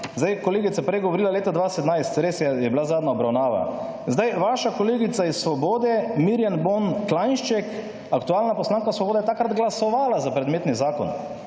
Zdaj, kolegica je prej govorila leta 2017. Res je, je bila zadnja obravnava. Zdaj vaša kolegica iz Svobode, Mirjan Bon Klanjšek, aktualna poslanka Svobode je takrat glasovala za predmetni zakon.